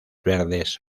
verdes